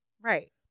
Right